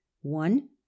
one